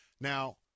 Now